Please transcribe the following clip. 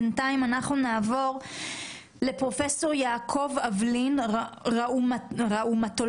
בינתיים נעבור לפרופ' יעקב אבלין גם הוא כרגע לא נמצא.